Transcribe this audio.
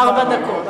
ארבע דקות.